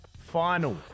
Final